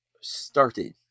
started